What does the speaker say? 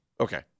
Okay